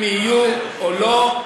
אם יהיו או לא,